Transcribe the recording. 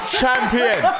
champion